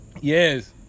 Yes